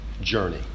journey